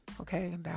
okay